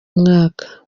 mwaka